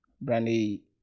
Brandy